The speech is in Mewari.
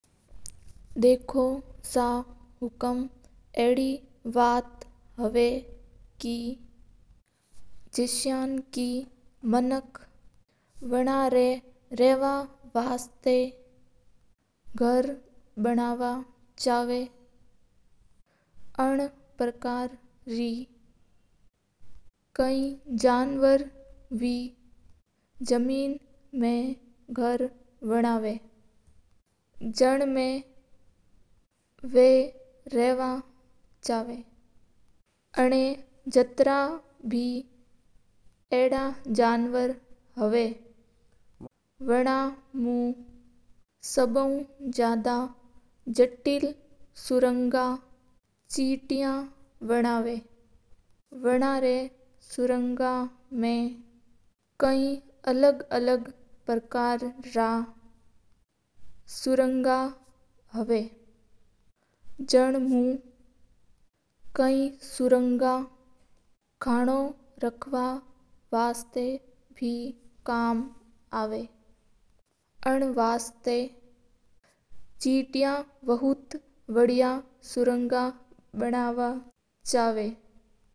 देखो सा हुकम जिण पाकर मानक रवा वास्ता आप रा गर बना वीन तारा जे जणवर बे बनाव जण मं बे रवा चेवा जितर बे जणवर हावा। वेणा मुं सबव जामेल सुरनाग चेत्या बनावा बण मं आइना गणी सुरंगा जाति होवा और गणी तो बिन मं खेणो रकण काम आवा एण पार्कर ऊ सब अलग-अलग काम में वा हा।